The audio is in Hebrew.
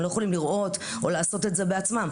הם לא יכולים לראות או לעשות את זה בעצמם.